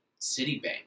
Citibank